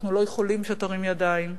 אנחנו לא יכולים שתרים ידיים.